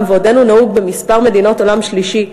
ועודנו נהוג בכמה מדינות עולם שלישי,